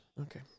okay